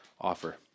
offer